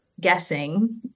guessing